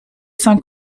cinq